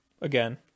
again